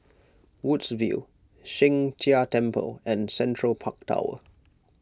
Woodsville Sheng Jia Temple and Central Park Tower